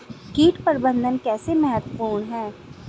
कीट प्रबंधन कैसे महत्वपूर्ण है?